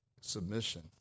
submission